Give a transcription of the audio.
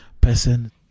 person